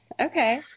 okay